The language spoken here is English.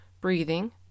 breathing